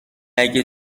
اگه